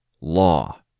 law